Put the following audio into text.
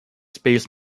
space